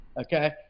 Okay